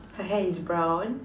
her hair is brown